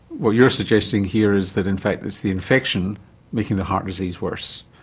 what you're suggesting here is that in fact it's the infection making the heart disease worse.